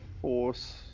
Force